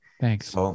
thanks